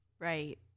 Right